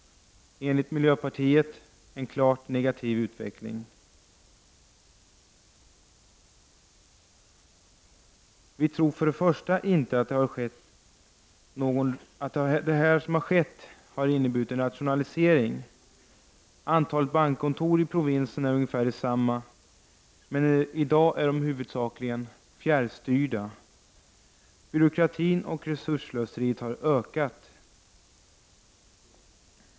Enligt miljöpartiets sätt att se har det inneburit en klart negativ utveckling. Vi tror inte att det har inneburit någon rationalisering. Antalet bankkontor i provinsen är ungefär detsamma, men i dag är de huvudsakligen fjärrstyrda. Byråkratin och resursslöseriet har ökat.